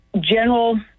general